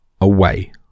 away